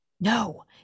No